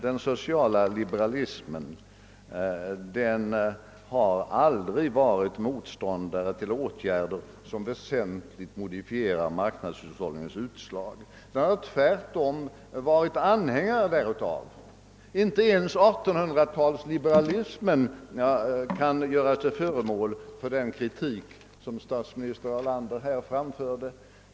Den sociala liberalismen har aldrig varit motståndare till åtgärder som väsentligt modifierar marknadshushållningens utslag. Den har tvärtom varit anhängare av sådana åtgärder. Inte ens 1800-talsliberalismen kan göras till föremål för den kritik som statsminister Erlander har framfört.